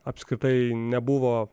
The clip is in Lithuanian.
apskritai nebuvo